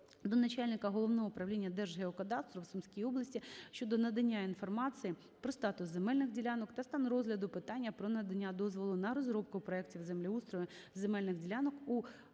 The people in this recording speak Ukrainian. до начальника Головного управління Держгеокадастру у Сумській області щодо надання інформації про статус земельних ділянок та стан розгляду питання про надання дозволу на розробку проектів землеустрою земельних ділянок у